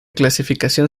clasificación